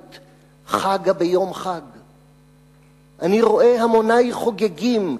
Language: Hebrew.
חגה ביום חג.// אני רואה המוני חוגגים,